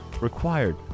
required